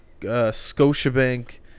Scotiabank